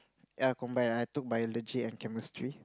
ya combine I took biology at chemistry